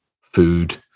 food